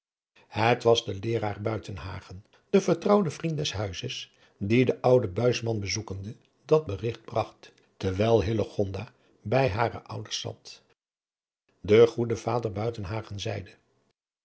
het was de leeraar buitenhagen de vertrouwde vriend des huizes die den ouden buisman bezoekende dat berigt bragt terwijl hillegonda bij hare ouders zat de goede vader buitenhagen zeide